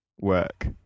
Work